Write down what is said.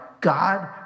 God